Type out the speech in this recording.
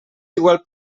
igual